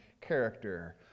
character